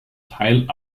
teil